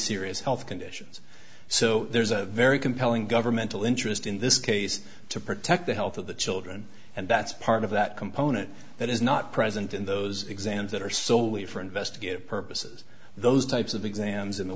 serious health conditions so there's a very compelling governmental interest in this case to protect the health of the children and that's part of that component that is not present in those exams that are solely for investigative purposes those types of exams in the